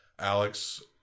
Alex